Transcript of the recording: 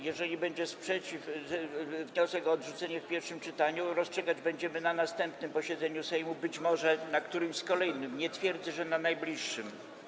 Jeżeli będzie sprzeciw, wniosek o odrzucenie w pierwszym czytaniu, będziemy to rozstrzygać na następnym posiedzeniu Sejmu, być może na którymś kolejnym, nie twierdzę, że na najbliższym.